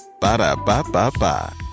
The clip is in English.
Ba-da-ba-ba-ba